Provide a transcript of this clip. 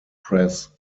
press